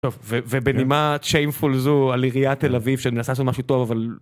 ובנימה shameful זו על היריעת תל אביב, שננסה לעשות משהו טוב אבל...